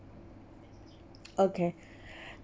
okay